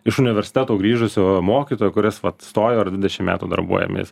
iš universiteto grįžusio mokytojo kuris vat stojo ir dvidešim metų darbuojamės